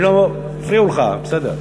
הפריעו לך, בסדר.